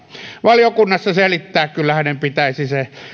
valiokunnassa selittää kyllä hänen pitäisi se